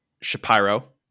Shapiro